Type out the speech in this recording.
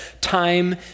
Time